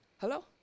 Hello